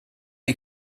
die